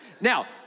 Now